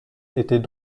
était